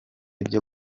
byo